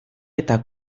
eta